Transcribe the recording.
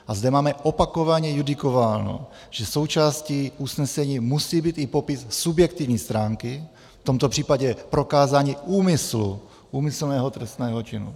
A zde máme opakovaně judikováno, že součástí usnesení musí být i popis subjektivní stránky, v tomto případě prokázání úmyslu, úmyslného trestného činu.